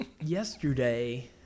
Yesterday